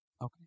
Okay